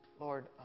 Lord